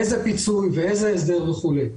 איזה פיצוי ואיזה הסדר וכו'.